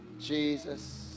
Jesus